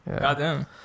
Goddamn